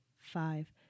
five